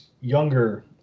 younger